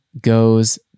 goes